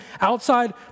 outside